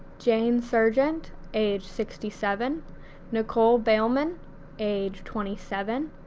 jane sergeant age sixty seven nicole beilman age twenty seven,